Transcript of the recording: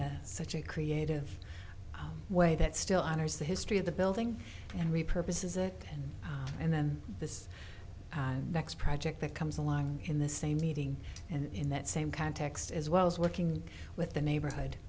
in such a creative way that still honors the history of the building and repurpose is it and then this next project that comes along in the same meeting and in that same context as well as working with the neighborhood